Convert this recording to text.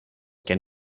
can